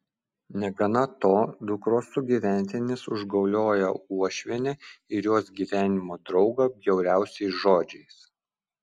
negana to dukros sugyventinis užgaulioja uošvienę ir jos gyvenimo draugą bjauriausiais žodžiais